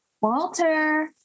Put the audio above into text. Walter